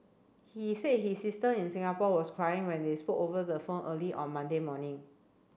he said his sister in Singapore was crying when they spoke over the phone early on Monday morning